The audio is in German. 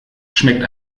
schmeckt